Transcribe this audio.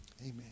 amen